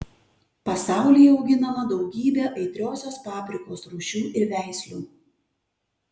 pasaulyje auginama daugybė aitriosios paprikos rūšių ir veislių